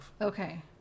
Okay